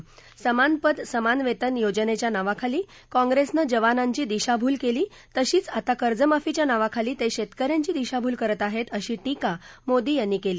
समान पद समान वेतन योजनेच्या नावाखाली काँप्रेसनं जवानांची दिशाभूल केली तशीच आता कर्जमाफीच्या नावाखाली ते शेतकऱ्यांची दिशाभूल करत आहेत अशी टीका मोदी यांनी केली